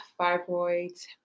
fibroids